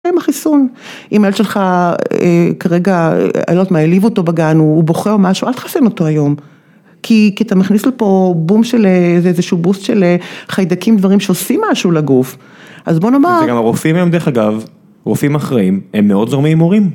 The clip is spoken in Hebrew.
עם החיסון. אם הילד שלך כרגע אני לא יודעת מה, העליב אותו בגן, הוא בוכה או משהו, אל תחסן אותו היום. כי, כי אתה מכניס לפה בום של א.. איזה שהוא בוסט של חיידקים דברים שעושים משהו לגוף. אז בוא נאמר... זה גם הרופאים הם דרך אגב, רופאים אחראים, הם מאוד זורמים עם מורים.